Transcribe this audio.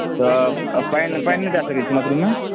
तऽ पानि पानि नहि दए सकै छी मशरूममे